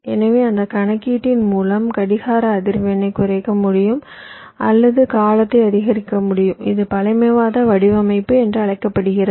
எனவே அந்த கணக்கீட்டின் மூலம் கடிகார அதிர்வெண்ணைக் குறைக்க முடியும் அல்லது காலத்தை அதிகரிக்க முடியும் இது பழமைவாத வடிவமைப்பு என்று அழைக்கப்படுகிறது